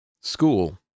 school